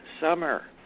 summer